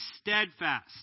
steadfast